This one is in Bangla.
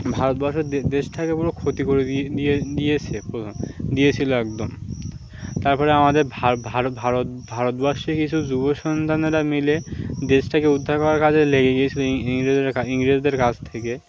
ভারতবর্ষ দেশটাকে পুরো ক্ষতি করে দিয়ে দিয়ে দিয়েছে পুরো দিয়েছিল একদম তারপরে আমাদের ভারত ভারত ভারত ভারতবর্ষের কিছু যুবসন্তানেরা মিলে দেশটাকে উদ্ধার করার কাজে লেগে গিয়েছিল ইংরেজদের ইংরেজদের কাছ থেকে